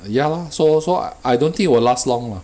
ya lor so so I I don't think it will last long lah